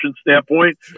standpoint